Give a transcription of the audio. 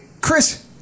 Chris